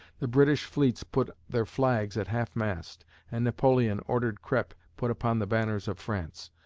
the british fleets put their flags at half-mast and napoleon ordered crepe put upon the banners of france.